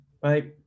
bye